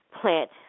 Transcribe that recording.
plant